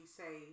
say